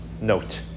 note